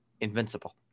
Invincible